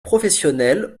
professionnelle